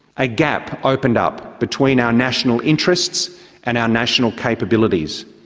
a gap opened up between our national interests and our national capabilities.